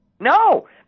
No